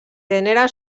gènere